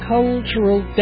Cultural